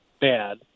bad